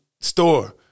store